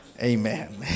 Amen